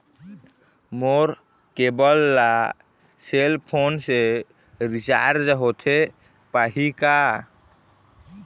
मोर cable ला cell phone से recharge होथे पाही का?